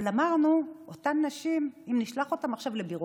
אבל אמרנו שאם נשלח עכשיו את אותן נשים לביורוקרטיה,